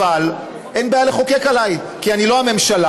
אבל אין בעיה לחוקק עליי, כי אני לא הממשלה.